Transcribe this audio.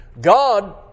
God